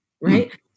right